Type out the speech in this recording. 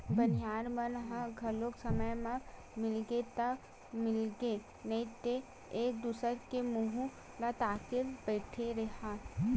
बनिहार मन ह घलो समे म मिलगे ता मिलगे नइ ते एक दूसर के मुहूँ ल ताकत बइठे रहा